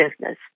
business